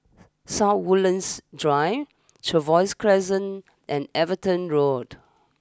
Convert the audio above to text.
South Woodlands Drive Trevose Crescent and Everton Road